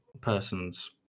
person's